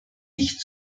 nicht